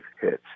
hits